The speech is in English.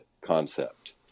concept